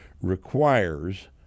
requires